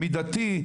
מידתי,